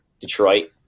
Detroit